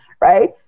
right